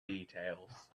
details